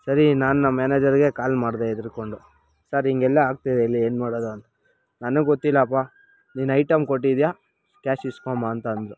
ಸರಿ ನಾನು ನಮ್ಮ ಮ್ಯಾನೇಜರ್ಗೆ ಕಾಲ್ ಮಾಡಿದೆ ಹೆದ್ರುಕೊಂಡು ಸರ್ ಹಿಂಗೆಲ್ಲ ಆಗ್ತಿದೆ ಇಲ್ಲಿ ಏನು ಮಾಡೋದು ಅನ್ನು ನನಗ್ಗೊತ್ತಿಲ್ಲಪ್ಪ ನೀನು ಐಟಮ್ ಕೊಟ್ಟಿದ್ದೀಯಾ ಕ್ಯಾಶ್ ಇಸ್ಕೊಂಡ್ಬಾ ಅಂತ ಅಂದರು